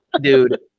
Dude